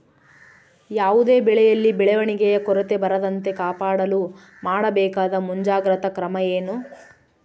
ಯಾವುದೇ ಬೆಳೆಯಲ್ಲಿ ಬೆಳವಣಿಗೆಯ ಕೊರತೆ ಬರದಂತೆ ಕಾಪಾಡಲು ಮಾಡಬೇಕಾದ ಮುಂಜಾಗ್ರತಾ ಕ್ರಮ ಏನು?